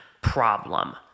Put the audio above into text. problem